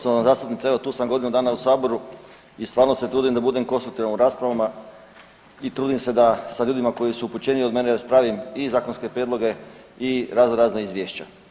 Poštovana zastupnice, evo tu sam godinu dana u Saboru i stvarno se trudim da budem konstruktivan u raspravama i trudim se da sa ljudima koji su upućeniji od mene raspravim i zakonske prijedloge i razno razna izvješća.